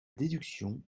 déduction